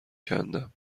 کندم